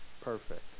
perfect